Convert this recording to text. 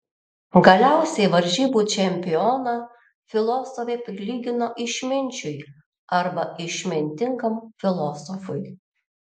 galiausiai varžybų čempioną filosofė prilygino išminčiui arba išmintingam filosofui